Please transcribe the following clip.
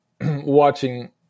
watching